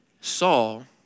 Saul